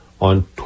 on